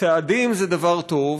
צעדים זה דבר טוב,